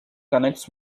connects